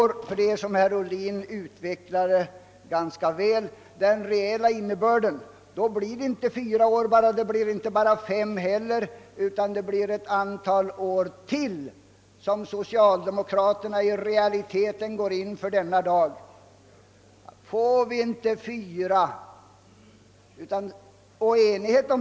Detta är, såsom herr Ohlin utvecklade här ganska väl den reella innebörden. Då blir det inte bara fyra år, och det blir inte fem heller, utan det blir ett antal år ytterligare som socialdemokraterna i realiteten går in för denna dag.